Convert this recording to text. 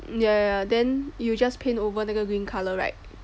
ya then you just paint over 那个 green colour right